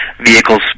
vehicles